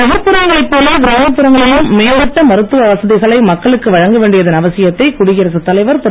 நகர்ப்புறங்களை போல கிராமப்புறங்களிலும் மேம்பட்ட மருத்துவ வசதிகளை மக்களுக்கு வழங்க வேண்டியதன் அவசியத்தை குடியரசு தலைவர் திரு